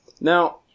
Now